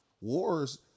Wars